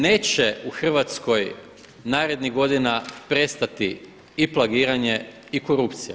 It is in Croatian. Neće u Hrvatskoj narednih godina prestati i plagiranje i korupcija.